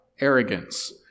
arrogance